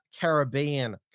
Caribbean